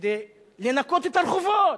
כדי לנקות את הרחובות,